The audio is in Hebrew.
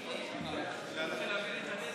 ישראל ביתנו לסעיף